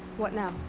what now?